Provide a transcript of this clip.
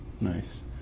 Nice